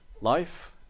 Life